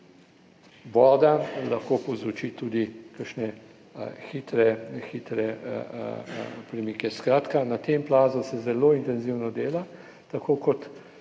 voda lahko povzroči tudi kakšne hitre premike. Skratka, na tem plazu se zelo intenzivno dela, tako kot